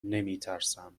نمیترسم